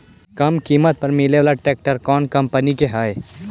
कम किमत पर मिले बाला ट्रैक्टर कौन कंपनी के है?